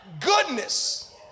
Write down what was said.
goodness